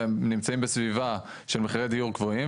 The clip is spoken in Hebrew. והם נמצאים בסביבה מחירי הדיור הם גבוהים.